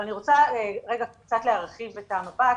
אבל אני רוצה קצת להרחיב את המבט